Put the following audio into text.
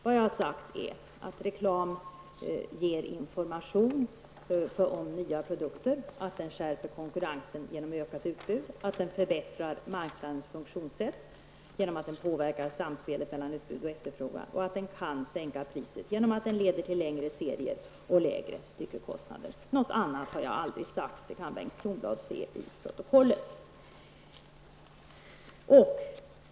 Vad jag har sagt är att reklam ger information om nya produkter, att den skärper konkurrensen genom ökat utbud, att den förbättrar marknadens funktionssätt genom att den påverkar samspelet mellan utbud och efterfrågan och att den kan sänka priset genom att den leder till längre serier och lägre styckekostnader. Något annat har jag aldrig sagt -- det kan Bengt Kronblad se i protokollet.